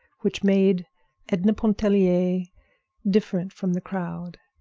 which made edna pontellier different from the crowd.